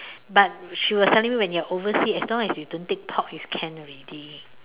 but she was telling me when you're oversea as long as you don't take pork is can already